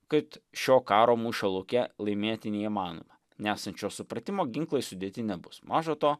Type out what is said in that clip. kad šio karo mūšio lauke laimėti neįmanoma nesant šio supratimo ginklai sudėti nebus maža to